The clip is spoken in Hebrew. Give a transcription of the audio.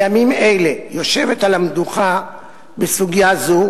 בימים אלה יושבת על המדוכה בסוגיה זו